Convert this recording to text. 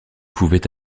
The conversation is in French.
pouvait